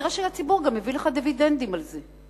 תראה שגם הציבור מביא לך דיבידנדים על זה.